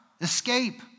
escape